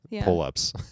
pull-ups